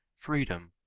freedom,